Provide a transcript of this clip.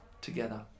together